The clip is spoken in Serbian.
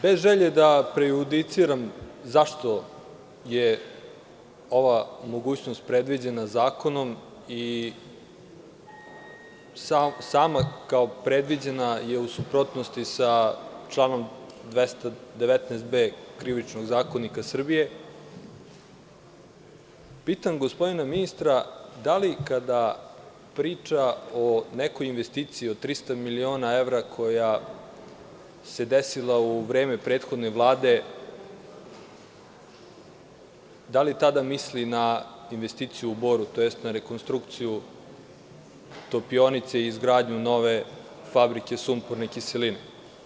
Bez želje da prejudiciram zašto je ova mogućnost predviđena zakonom i sama kao predviđena je u suprotnosti sa članom 219.b Krivičnog zakonika Srbije, pitam gospodina ministra da li kada priča o nekoj investiciji od 300 miliona evra koja se desila u vreme prethodne Vlade misli na investiciju u Boru tj. na rekonstrukciju topionice i izgradnju nove fabrike sumporne kiseline?